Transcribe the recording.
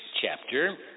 chapter